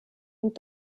und